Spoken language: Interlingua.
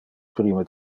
primo